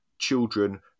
Children